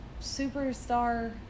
superstar